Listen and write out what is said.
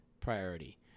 priority